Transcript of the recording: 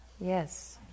Yes